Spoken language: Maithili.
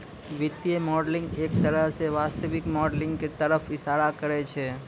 वित्तीय मॉडलिंग एक तरह स वास्तविक मॉडलिंग क तरफ इशारा करै छै